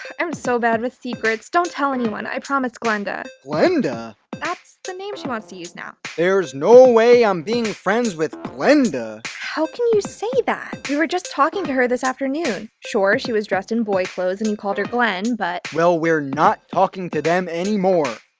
i'm so bad with secrets. don't tell anyone, i promise glenda. glenda? that's the name she wants to use now. there's no way i'm being friends with glenda. how can you say that? you were just talking to her this afternoon? sure, she was dressed in boy clothes and you called her glen, but well, we're not talking to them anymore.